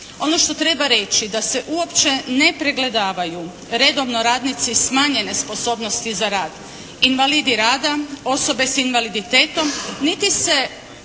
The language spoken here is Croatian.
Ono što treba reći da se uopće ne pregledavaju redovno radnici smanjene sposobnosti za rad, invalidi rada, osobe s invaliditetom niti se